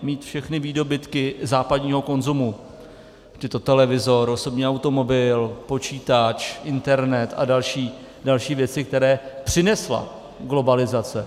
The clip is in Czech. Mít všechny výdobytky západního konzumu, ať je to televizor, osobní automobil, počítač, internet a další věci, které přinesla globalizace.